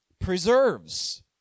preserves